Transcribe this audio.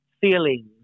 feelings